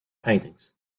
paintings